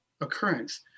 occurrence